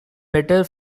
better